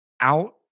out